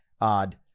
odd